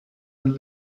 and